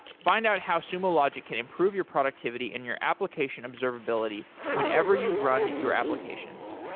find out how sumo logic can improve your productivity in your application observability whenever you run your applications.